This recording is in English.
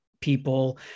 people